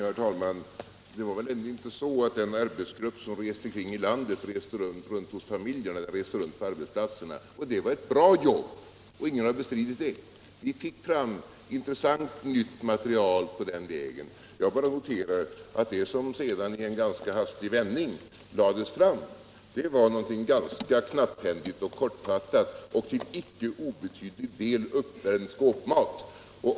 Herr talman! Det var ju ändå inte så att den arbetsgrupp som reste kring i landet reste runt till familjerna utan till arbetsplatserna. Och det var ett bra jobb. Ingen har bestritt det. Vi fick på den vägen fram nytt och intressant material. Jag noterar bara att det som sedan i en rätt hastig vändning lades fram var något ganska knapphändigt och kortfattat och till icke ringa del uppvärmd skåpmat.